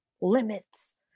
limits